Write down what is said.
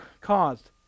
caused